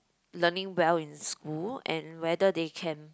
learning well in school and whether they can